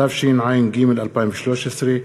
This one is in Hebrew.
התשע"ג 2013,